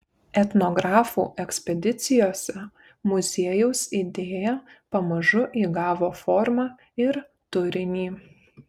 etnografų ekspedicijose muziejaus idėja pamažu įgavo formą ir turinį